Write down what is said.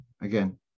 again